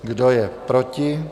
Kdo je proti?